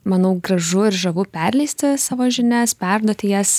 manau gražu ir žavu perleisti savo žinias perduoti jas